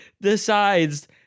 decides